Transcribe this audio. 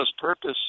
purpose